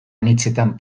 anitzetan